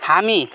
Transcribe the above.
हामी